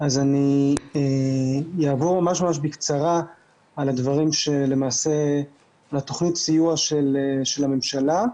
אני אעבור ממש בקצרה על תוכנית הסיוע של הממשלה,